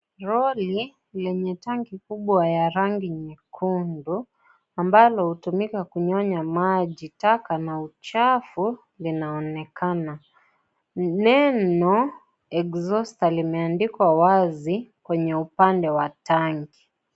Lori lenye tanki kubwa ya rangi nyekundu ambalo hutumika kunyonya maji taka na uchafu linaonekana. Neno exhauster limeandikwa wazi kwenye upande wa (cs)tanki(cs).